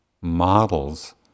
models